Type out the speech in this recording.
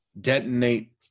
detonate